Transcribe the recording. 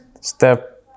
step